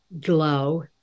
glow